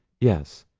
yes,